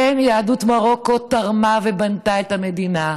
כן, יהדות מרוקו תרמה ובנתה את המדינה,